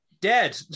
dead